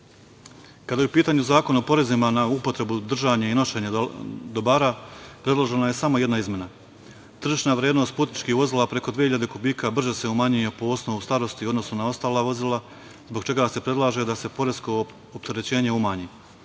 je u pitanju Zakon o porezima na upotrebu držanja i nošenja dobara, predloženo je samo jedna izmena, tržišna vrednost putničkih vozila preko 2.000 kubika brže se umanjuje po osnovu starosti i u odnosu na ostala vozila zbog čega se predlaže da se poresko opterećenje umanji.